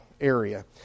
area